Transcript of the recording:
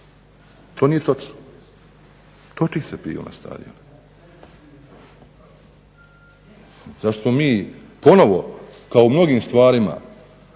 To nije točno, toči se pivo na stadionu. Zašto mi ponovno kao u mnogim stvarima